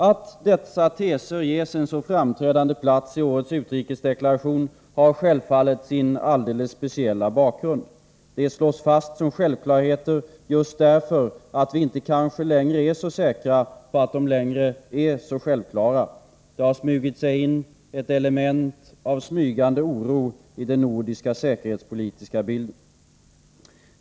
Att dessa teser ges en så framträdande plats i årets utrikesdeklaration har självfallet sin alldeles speciella bakgrund. De slås fast som självklarheter just därför att vi kanske inte är så säkra på att de längre är så självklara. Det har kommit in ett element av smygande oro i den nordiska säkerhetspolitiska bilden.